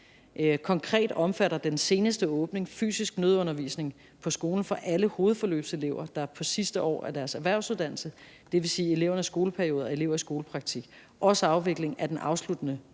Konkret omfatter den seneste åbning fysisk nødundervisning på skolen for alle hovedforløbselever, der er på sidste år af deres erhvervsuddannelse, dvs. elever under skoleperiode og elever i skolepraktik, og også afvikling af den afsluttende